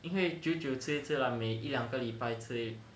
因为久久吃一次 lah 每一两个礼拜